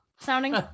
sounding